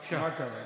כי מה קרה?